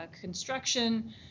construction